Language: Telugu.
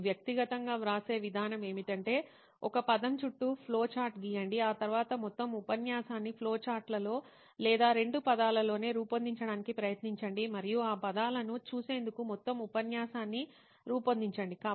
నేను వ్యక్తిగతంగా వ్రాసే విధానం ఏమిటంటే ఒక పదం చుట్టూ ఫ్లోచార్ట్ గీయండి ఆ తర్వాత మొత్తం ఉపన్యాసాన్ని ఫ్లోచార్ట్లలో లేదా రెండు పదాలలోనే రూపొందించడానికి ప్రయత్నించండి మరియు ఆ పదాలను చూసేందుకు మొత్తం ఉపన్యాసాన్ని రూపొందించండి